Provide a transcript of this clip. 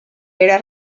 era